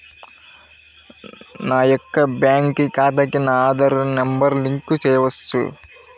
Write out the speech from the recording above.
నా యొక్క బ్యాంక్ ఖాతాకి నా ఆధార్ నంబర్ లింక్ చేయవచ్చా?